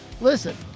listen